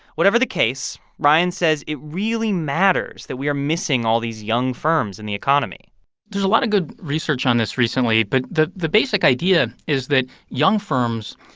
whatever the case, ryan says it really matters that we are missing all these young firms in the economy there's a lot of good research on this recently. but the the basic idea is that young firms,